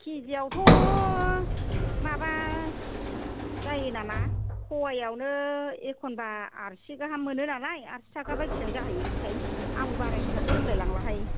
केजि आवथ' माबा जायोनामा प'वायावनो एखनबा आरसि गाहाम मोनोनालाय आरसि थाखाबा बेसेबां जाहैयोमोनथाय आंबो बारा हिसाबखौ रोंलाय लांलाहाय